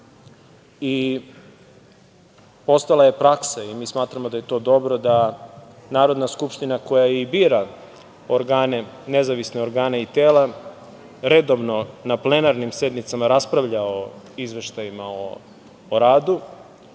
i postala je praksa i mi smatramo da je to dobro da Narodna skupština koja i bira nezavisne organe i tela redovno na plenarnim sednicama raspravlja o izveštajima o radu. Ovu